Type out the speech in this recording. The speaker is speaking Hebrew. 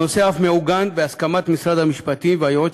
הנושא אף מעוגן בהסכמת משרד המשפטים והיועץ